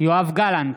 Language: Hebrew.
יואב גלנט,